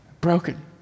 broken